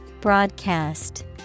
Broadcast